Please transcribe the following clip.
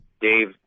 Dave